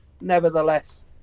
nevertheless